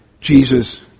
Jesus